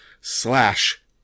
slash